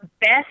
best